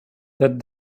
that